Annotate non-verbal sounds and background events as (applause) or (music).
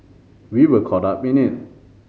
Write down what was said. we were caught up (unintelligible) in